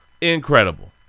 Incredible